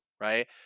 right